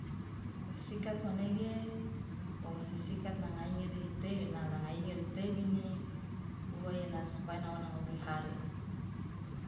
osikat manege womasi sikat nanga ingiri la nanga ingiri itebini uwa supaya uwa nanga uru ihare.